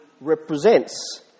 represents